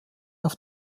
auf